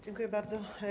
Dziękuję bardzo.